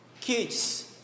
Kids